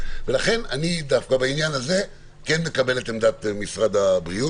לכן אני דווקא בעניין הזה כן מקבל את עמדת משרד הבריאות,